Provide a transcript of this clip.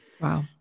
Wow